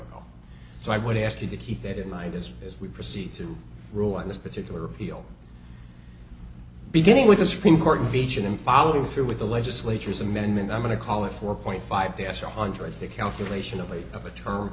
ago so i would ask you to keep that in mind as as we proceed to rule on this particular appeal beginning with the supreme court of each of them following through with the legislature's amendment i'm going to call it four point five the actual hundreds the calculation only of a term